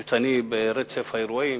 פשוט אני ברצף האירועים,